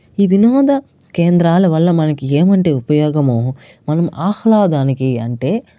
ఈ వినోద కేంద్రాల వల్ల మనకి ఏమంటే ఉపయోగము మనము ఆహ్లాదానికి అంటే